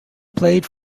played